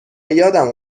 یادم